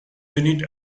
unit